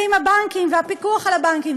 עם הבנקים והפיקוח על הבנקים.